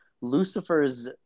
Lucifer's